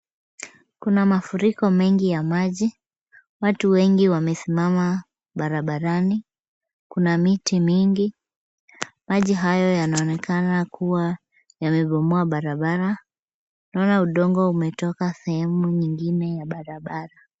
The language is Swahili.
Kuna mafuriko mengi ya maji. Watu wengi wamesimama barabarani. Kuna miti mingi. Maji hayo yanaonekana kuwa yamebomoa barabara. Naona udongo umetoka sehemu nyingine ya barabara.